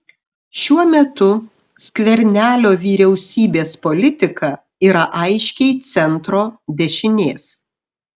šiuo metu skvernelio vyriausybės politika yra aiškiai centro dešinės